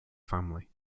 family